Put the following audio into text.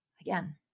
Again